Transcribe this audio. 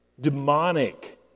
demonic